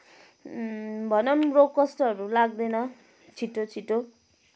भनौँ रोगकष्टहरू लाग्दैन छिटो छिटो